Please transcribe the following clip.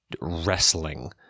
wrestling